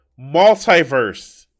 multiverse